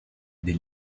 des